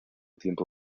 tiempo